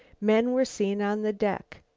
men were seen on the deck.